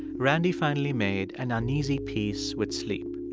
randy finally made an uneasy peace with sleep.